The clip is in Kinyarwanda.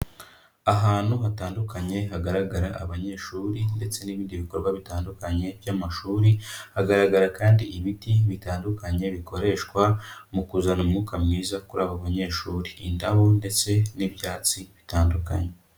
Ahantu hatandukanye hagaragara abanyeshuri ndetse n'ibindi bikorwa bitandukanye by'amashuri, hagaragara kandi ibiti bitandukanye bikoreshwa mu kuzana umwuka mwiza kuri abo banyeshuri. Indabo ndetse n'ibyatsi bitandukanye.